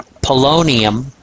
polonium